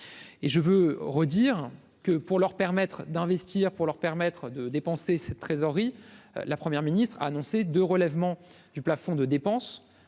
et je veux redire que pour leur permettre d'investir pour leur permettre de dépenser cette trésorerie, la première ministre a annoncé de relèvement du plafond de dépenses